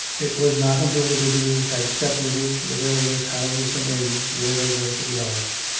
it was not until the visitors had separated to the various houses and inns where they were to be lodged,